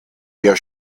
der